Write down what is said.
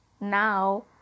now